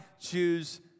choose